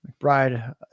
McBride